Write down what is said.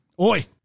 oi